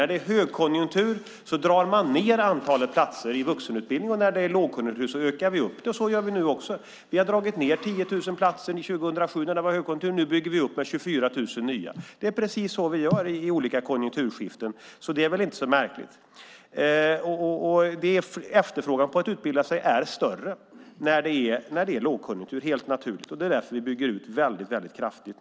När det är högkonjunktur drar man ned på antalet platser i vuxenutbildningen, och när det är lågkonjunktur ökar man antalet. Så gör vi också nu. Vi drog ned med 10 000 platser år 2007 när det var högkonjunktur, och nu bygger vi ut med 24 000 nya platser. Det är precis så vi gör vid konjunkturskiften, så det är väl inte så märkligt. Efterfrågan på utbildning är större när det är lågkonjunktur, vilket är helt naturligt. Därför bygger vi nu ut väldigt kraftigt.